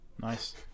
Nice